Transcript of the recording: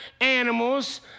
animals